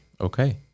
Okay